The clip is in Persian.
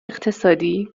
اقتصادی